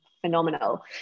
phenomenal